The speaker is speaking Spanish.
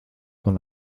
con